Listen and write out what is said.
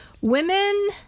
women